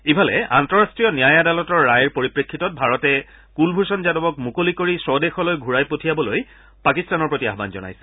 ইফালে আন্তঃৰাষ্ট্ৰীয় ন্যায় আদালতৰ ৰায়ৰ পৰিপ্ৰেক্ষিতত ভাৰতে কুলভূষণ যাদৱক মুকলি কৰি স্বদেশলৈ ঘুৰাই পঠাবলৈ পাকিস্তানৰ প্ৰতি আহান জনাইছে